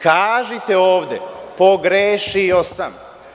Kažite ovde – pogrešio sam.